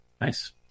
Nice